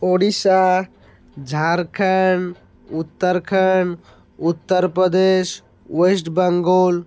Odisha Jharkhand Uttarakhand Uttar Pradesh West Bengal